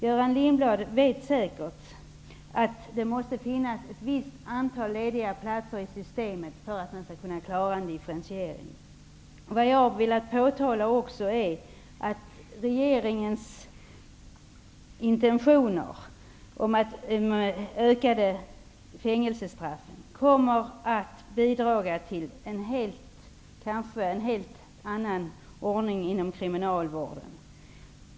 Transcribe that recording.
Göran Lindblad vet säkert att det måste finnas ett visst antal lediga platser i systemet för att kunna klara en differentiering. Jag har också velat påpeka att regeringens intentioner om att förlänga fängelsestraffen kommer att bidra till en helt annan ordning inom kriminalvården.